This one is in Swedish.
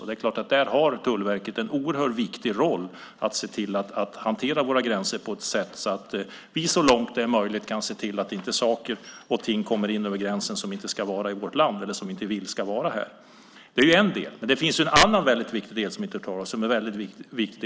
Det är klart att Tullverket har en oerhört viktig roll att hantera våra gränser på ett sådant sätt att vi så långt det är möjligt kan se till att saker och ting inte kommer in över gränsen som inte ska vara i vårt land eller som vi inte vill ska vara här. Det är en del. Det finns en annan del som vi inte hör talas om men som också är väldigt viktig.